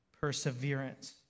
perseverance